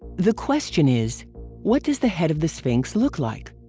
the question is what does the head of the sphinx look like?